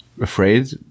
afraid